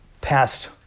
past